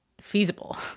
feasible